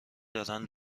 دارن